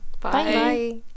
bye